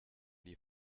die